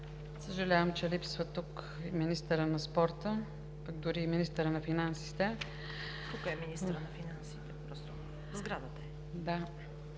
Съжалявам, че тук липсва министърът на спорта, пък дори и министърът на финансите.